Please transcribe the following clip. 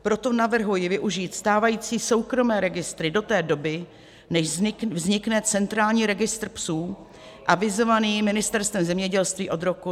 Proto navrhuji využít stávající soukromé registry do té doby, než vznikne centrální registr psů avizovaný Ministerstvem zemědělství od roku 2022.